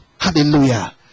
Hallelujah